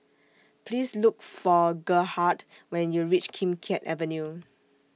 Please Look For Gerhardt when YOU REACH Kim Keat Avenue